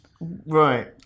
Right